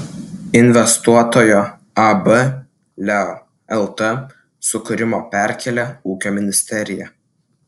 investuotojo ab leo lt sukūrimo perkėlė ūkio ministerija